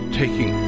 taking